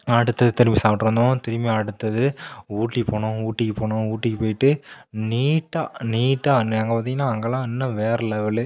அடுத்தது திருப்பி சாப்பிட்டு வந்தோம் திரும்பி அடுத்தது ஊட்டி போனோம் ஊட்டிக்கு போனோம் ஊட்டிக்கு போயிட்டு நீட்டாக நீட்டாக அங்கே அங்கே பார்த்திங்கன்னா அங்கேலாம் இன்னும் வேற லெவலு